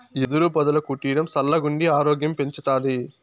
యెదురు పొదల కుటీరం సల్లగుండి ఆరోగ్యం పెంచతాది